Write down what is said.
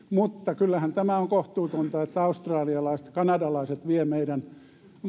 mutta kyllähän tämä on kohtuutonta että australialaiset ja kanadalaiset vievät meidän